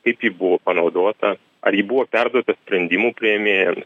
kaip ji buvo panaudota ar ji buvo perduota sprendimų priėmėjam